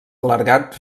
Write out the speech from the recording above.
clergat